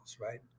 right